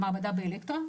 למעבדה באלקטרה.